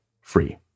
free